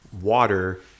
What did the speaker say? Water